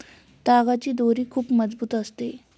तागाची दोरी खूप मजबूत असते